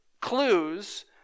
clues